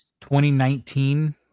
2019